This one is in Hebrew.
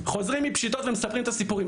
חוזרים מפשיטות ומספרים את הסיפורים,